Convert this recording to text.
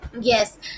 yes